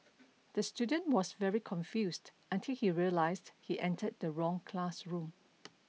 the student was very confused until he realised he entered the wrong classroom